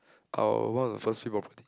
oh one of the first few property